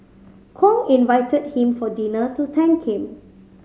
Kong invited him for dinner to thank him